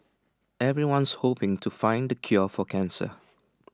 everyone's hoping to find the cure for cancer